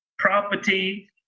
property